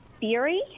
theory